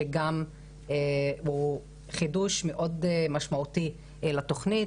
שגם הוא חידוש מאוד משמעותי של התוכנית,